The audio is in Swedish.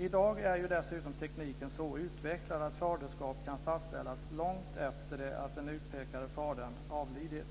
I dag är ju dessutom tekniken så utvecklad att faderskap kan fastställas långt efter det att den utpekade fadern har avlidit.